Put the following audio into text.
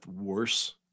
worse